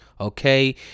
okay